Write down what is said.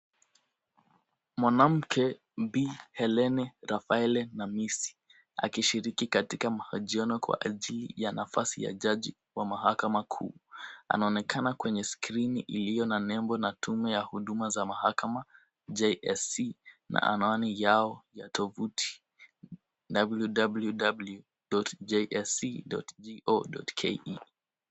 Mwanamke, Bi Helen Raphael Namisi, akishiriki katika mahojiano kwa ajili ya nafasi ya jaji wa mahakama kuu. Anaonekana kwenye skrini iliyo na nembo na tume ya huduma za mahakama JSC na anwani yao ya tuvuti www.jsc.go.ke .